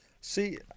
See